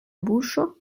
buŝo